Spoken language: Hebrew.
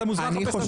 אתה מוזמן לחפש ...